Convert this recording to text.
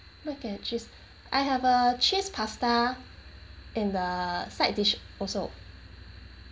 mac and cheese I have a cheese pasta and the side dish also